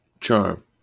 charm